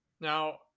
Now